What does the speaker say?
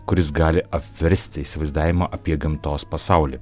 kuris gali apversti įsivaizdavimą apie gamtos pasaulį